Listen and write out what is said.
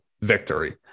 victory